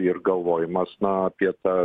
ir galvojimas apie tą